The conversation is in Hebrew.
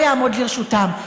הוא לא יעמוד לרשותם.